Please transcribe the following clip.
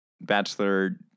bachelor